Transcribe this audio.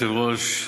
כבוד היושב-ראש,